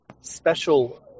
special